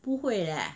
不会咧